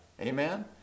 Amen